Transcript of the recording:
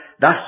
thus